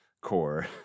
core